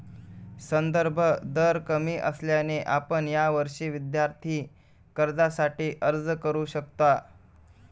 संदर्भ दर कमी असल्याने आपण यावर्षी विद्यार्थी कर्जासाठी अर्ज करू शकता